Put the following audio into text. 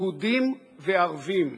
יהודים וערבים,